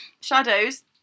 shadows